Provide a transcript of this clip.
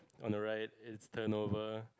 on the right it's turnover